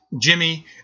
Jimmy